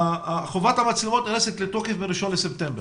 חובת התקנת המצלמות נכנסת לתוקף ב-1 בספטמבר.